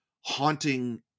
haunting